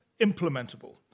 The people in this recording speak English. implementable